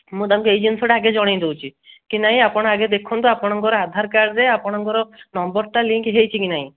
ମୁଁ ତାଙ୍କୁ ଏହି ଜିନିଷଟା ଆଗେ ଜଣାଇ ଦଉଛି କି ନାଇଁ ଆପଣ ଆଗେ ଦେଖନ୍ତୁ ଆପଣଙ୍କର ଆଧାର କାର୍ଡ଼୍ରେ ଆପଣଙ୍କର ନମ୍ବର୍ଟା ଲିଙ୍କ୍ ହୋଇଛି କି ନାହିଁ